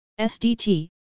SDT